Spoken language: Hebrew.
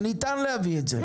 שניתן להביא את זה.